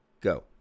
go